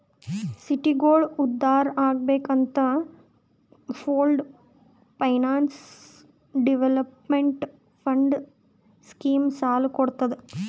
ಸಿಟಿಗೋಳ ಉದ್ಧಾರ್ ಆಗ್ಬೇಕ್ ಅಂತ pooled finance development fund scheme ಸಾಲ ಕೊಡ್ತುದ್